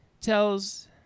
tells